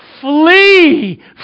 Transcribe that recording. flee